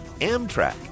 Amtrak